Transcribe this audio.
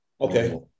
okay